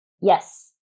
Yes